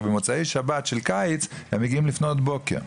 ובמוצאי שבת של קיץ הם מגיעים לפנות בוקר.